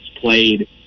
played